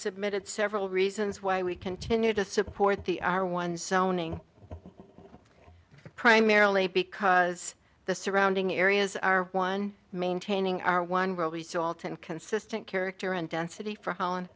submitted several reasons why we continue to support the our one sounding primarily because the surrounding areas are one maintaining our one robey salt and consistent character and density for holland